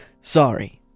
sorry